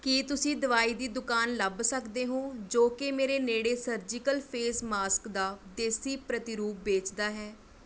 ਕੀ ਤੁਸੀਂ ਦਵਾਈ ਦੀ ਦੁਕਾਨ ਲੱਭ ਸਕਦੇ ਹੋ ਜੋ ਕਿ ਮੇਰੇ ਨੇੜੇ ਸਰਜੀਕਲ ਫੇਸ ਮਾਸਕ ਦਾ ਦੇਸੀ ਪ੍ਰਤੀਰੂਪ ਬੇਚਦਾ ਹੈ